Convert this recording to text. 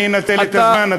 אני אנצל את הזמן,